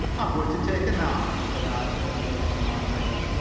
i'm going to take a nap, said i, turning over on my pillow.